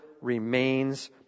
remains